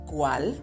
¿Cuál